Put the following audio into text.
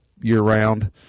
year-round